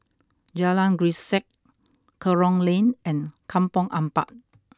Jalan Grisek Kerong Lane and Kampong Ampat